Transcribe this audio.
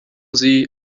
sie